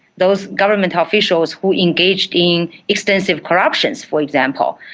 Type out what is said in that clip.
those government officials who engaged in extensive corruption, for example,